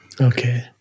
Okay